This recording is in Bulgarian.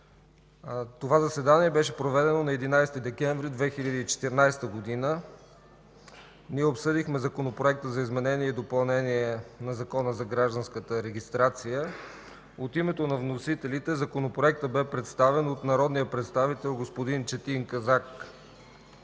Това заседание беше проведено на 11 декември 2014 г. Ние обсъдихме Законопроекта за изменение и допълнение на Закона за гражданската регистрация. От името на вносителите Законопроектът бе представен от народния представител господин Четин Казак.